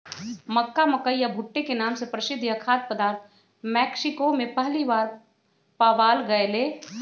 मक्का, मकई या भुट्टे के नाम से प्रसिद्ध यह खाद्य पदार्थ मेक्सिको में पहली बार पावाल गयले हल